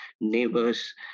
neighbors